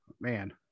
Man